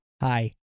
hi